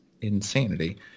insanity